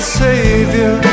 savior